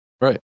Right